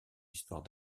histoire